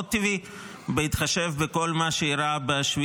מאוד טבעי בהתחשב בכל מה שאירע ב-7